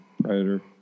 Predator